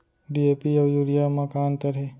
DAP अऊ urea म का अंतर हे?